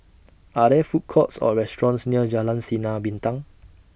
Are There Food Courts Or restaurants near Jalan Sinar Bintang